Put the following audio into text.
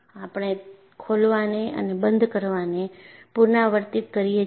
આપણે ખોલવાને અને બંધ કરવાને પુનરાવર્તિત કરીએ છીએ